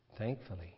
Thankfully